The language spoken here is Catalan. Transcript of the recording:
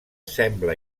sembla